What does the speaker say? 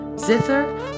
zither